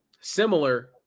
similar